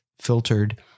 filtered